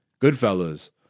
Goodfellas